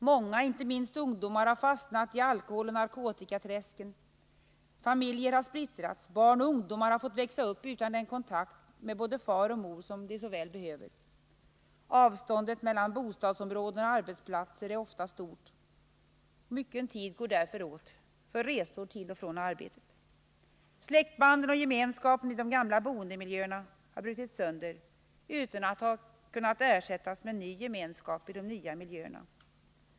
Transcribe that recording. Många, inte minst ungdomar, har fastnat i alkoholoch narkotikaträsken. Familjer har splittrats. Barn och ungdomar har fått växa upp utan den kontakt med både far och mor som de så väl behöver. Avståndet mellan bostadsområden och arbetsplatser är ofta stort. Mycket tid går därför åt för resor till och från arbetet. Släktbanden och gemenskapen i de gamla boendemiljöerna har brutits sönder utan att ersättas med ny gemenskap i de nya miljöerna.